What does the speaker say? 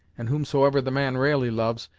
and whomsoever the man ra'ally loves,